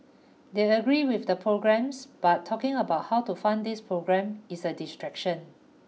they agree with the programmes but talking about how to fund these programmes is a distraction